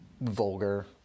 vulgar